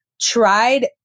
tried